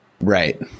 Right